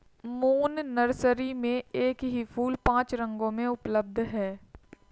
moon nursery में एक ही फूल पांच रंगों में उपलब्ध है